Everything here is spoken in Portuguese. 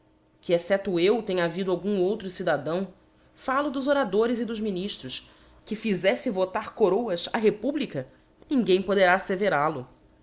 que excepto eu tenha havido algum outro cidadão fallo dos oradores e dos miniftros que fizelfe votar coroas á republica ninguém poderá aíteveral o e